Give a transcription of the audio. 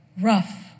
rough